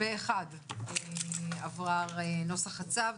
פה אחד עבר נוסח הצו,